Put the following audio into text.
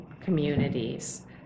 communities